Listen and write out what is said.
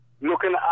looking